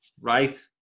right